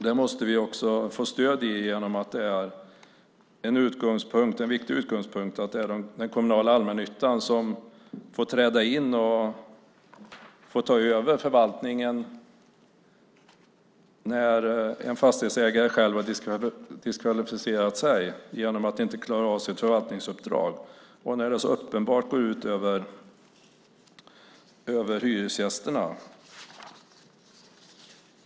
Där måste vi få stöd också genom att en viktig utgångspunkt är att den kommunala allmännyttan får träda in och ta över förvaltningen när en fastighetsägare själv diskvalificerat sig genom att inte klara av sitt förvaltningsuppdrag och när det så uppenbart går ut över hyresgästerna.